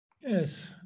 Yes